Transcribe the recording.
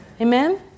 Amen